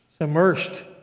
immersed